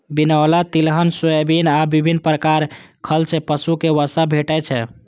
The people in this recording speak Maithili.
बिनौला, तिलहन, सोयाबिन आ विभिन्न प्रकार खल सं पशु कें वसा भेटै छै